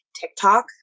TikTok